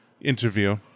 interview